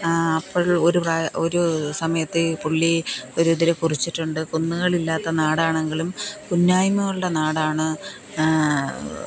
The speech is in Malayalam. അപ്പം ഒരു പ്രാ ഒരു സമയത്ത് പുള്ളി ഒരു ഇതിൽ കുറിച്ചിട്ടുണ്ട് കുന്നുകൾ ഇല്ലാത്ത നാടാണെങ്കിലും കുന്നായ്മകളുടെ നാടാണ്